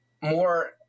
more-